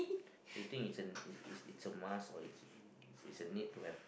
you think it's a it's it's it's a must or it's it's a need to have